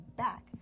back